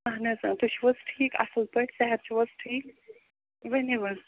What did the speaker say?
اہن حظ آ تُہۍ چھُو حظ ٹھیٖک اصٕل پٲٹھۍ صحت چھُو حظ ٹھیٖک ؤنِو حظ